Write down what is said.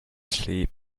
sleep